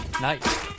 Nice